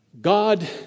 God